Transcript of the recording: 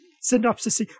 synopsis